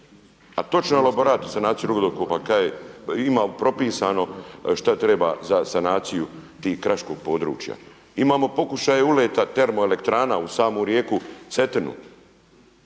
A točno je elaborat o sanaciji rudokopa kaže ima propisano šta treba za sanaciju tih kraškog područja. Imamo pokušaje uleta termo elektrana uz samu rijeku Cetinu.